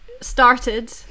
started